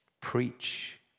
Preach